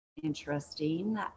interesting